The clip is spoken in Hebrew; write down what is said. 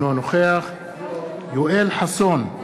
אינו נוכח יואל חסון,